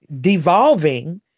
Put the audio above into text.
devolving